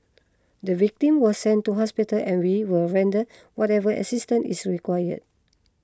the victim was sent to hospital and we will render whatever assistance is required